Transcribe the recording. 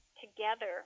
together